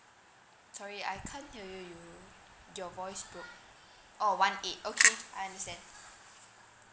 sorry I can't hear you you your voice broke orh one eight okay I understand